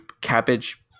cabbage